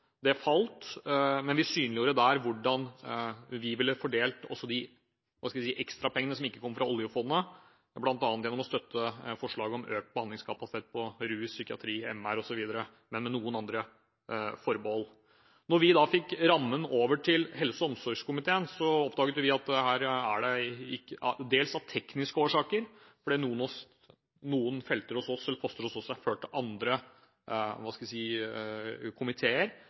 det falt. Vi synliggjorde der hvordan vi ville fordelt også de ekstrapengene som ikke kom fra oljefondet, bl.a. gjennom å støtte forslaget om økt behandlingskapasitet på rus, psykiatri, MR osv., men med noen andre forbehold. Da vi fikk rammen over til helse- og omsorgskomiteen, oppdaget vi at det, dels av tekniske årsaker – noen poster hos oss er ført til andre komiteer